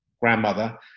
Grandmother